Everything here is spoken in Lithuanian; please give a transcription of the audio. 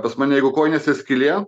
pas mane jeigu kojinėse skylė